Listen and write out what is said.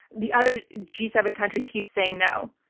the other g seven countries keep saying no,